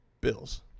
Bills